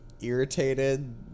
irritated